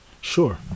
sure